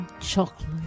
chocolate